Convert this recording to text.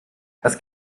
das